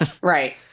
Right